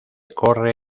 corre